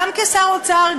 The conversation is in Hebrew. גם כשר האוצר,